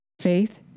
Faith